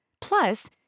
Plus